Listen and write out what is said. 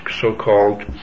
so-called